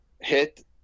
hit